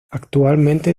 actualmente